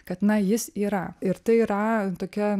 kad na jis yra ir tai yra tokia